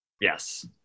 Yes